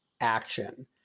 action